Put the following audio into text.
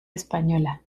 española